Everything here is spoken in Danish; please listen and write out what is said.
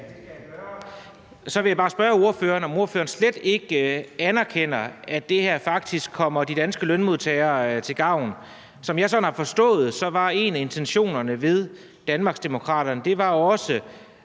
Så vil jeg bare spørge ordføreren, om ordføreren slet ikke anerkender, at det her faktisk kommer de danske lønmodtagere til gavn. Sådan som jeg har forstået det, var en af intentionerne hos Danmarksdemokraterne også,